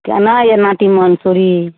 केना यऽ नाटी मन्सूरी